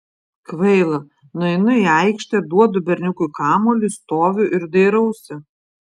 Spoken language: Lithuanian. kvaila nueinu į aikštę duodu berniukui kamuolį stoviu ir dairausi